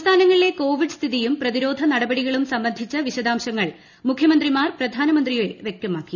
സംസ്ഥാനങ്ങളിലെ കോവിഡ് സ്ഥിതിയും പ്രതിരോധനടപടികളും സംബന്ധിച്ച് വിശദവിവരങ്ങൾ മുഖ്യമന്ത്രിമാർ പ്രധാനമന്ത്രിയോയോട് വ്യക്തമാക്കി